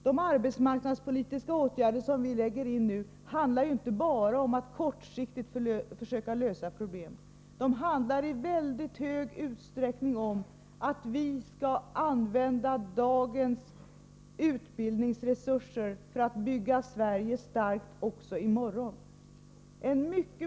De arbetsmarknadspolitiska åtgärder som vi vidtar nu handlar inte bara om att kortsiktigt försöka lösa problemen, de handlar i mycket hög grad om att vi skall använda dagens utbildningsresurser för att bygga Sverige starkt också med tanke på framtiden.